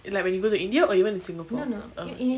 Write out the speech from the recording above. like when you go to india or even in singapore oh